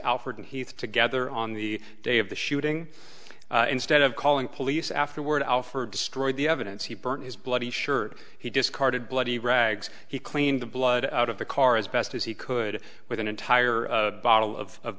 alford heath together on the day of the shooting instead of calling police afterward alford destroyed the evidence he burnt his bloody shirt he discarded bloody rags he cleaned the blood out of the car as best as he could with an entire bottle of